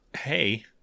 hey